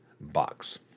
box